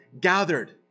gathered